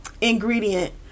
ingredient